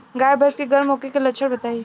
गाय भैंस के गर्म होखे के लक्षण बताई?